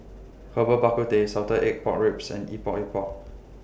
Herbal Bak Ku Teh Salted Egg Pork Ribs and Epok Epok